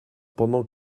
pendant